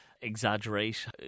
exaggerate